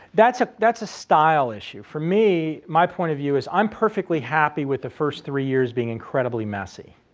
that's ah that's a style issue. for me, my point of view is i'm perfectly happy with the first three years being incredibly messy.